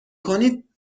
کنید